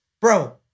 bro